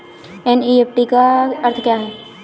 NEFT का अर्थ क्या है?